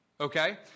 Okay